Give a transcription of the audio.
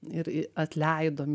ir atleidom